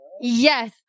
Yes